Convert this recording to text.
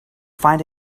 find